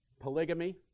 Polygamy